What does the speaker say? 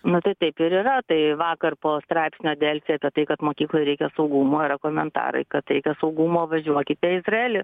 matai taip ir yra tai vakar po straipsnio delfi apie tai kad mokyklai reikia saugumo yra komentarai kad reikia saugumo važiuokite į izraelį